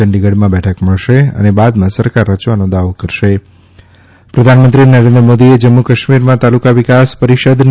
ચંડીગઢમાં બેઠક મળશે અને બાદમાં સરકાર રચવાનો દાવો કરશે પ્રધાનમંત્રી નરેન્દ્ર મોદીએ જમ્મુ કાશ્મીરમાં તાલુકા વિકાસ પરિષદની